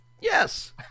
Yes